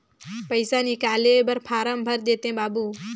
पइसा निकाले बर फारम भर देते बाबु?